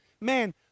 man